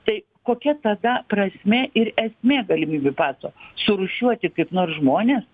tai kokia tada prasmė ir esmė galimybių paso surūšiuoti kaip nors žmones